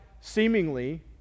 seemingly